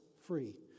free